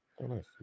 nice